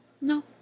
No